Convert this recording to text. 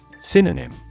Synonym